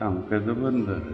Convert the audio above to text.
tam kad dabar ne